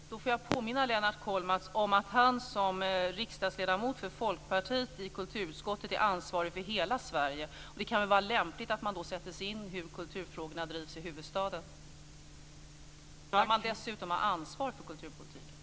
Herr talman! Då får jag påminna Lennart Kollmats om att han som riksdagsledamot för Folkpartiet i kulturutskottet är ansvarig för hela Sverige. Det kan då vara lämpligt att man sätter sig in i hur kulturfrågorna drivs i huvudstaden, där man dessutom har ansvar för kulturpolitiken.